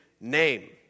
name